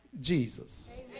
Jesus